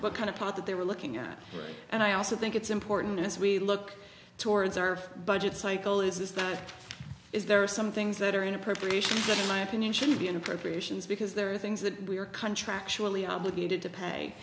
what kind of part that they were looking at and i also think it's important as we look towards our budget cycle is that is there are some things that are in appropriation that my opinion should be in appropriations because there are things that we are contract surely obligated to pay